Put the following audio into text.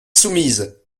soumise